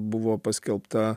buvo paskelbta